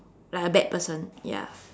like a bad person ya